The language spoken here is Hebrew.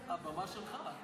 הבמה שלך.